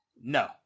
No